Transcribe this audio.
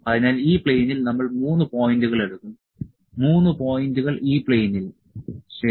അതിനാൽ ഈ പ്ലെയിനിൽ നമ്മൾ 3 പോയിന്റുകൾ എടുക്കും 3 പോയിന്റുകൾ ഈ പ്ലെയിനിൽ ശരി